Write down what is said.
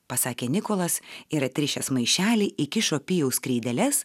pasakė nikolas ir atrišęs maišelį įkišo pijaus kreideles